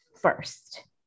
first